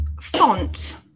font